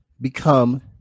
become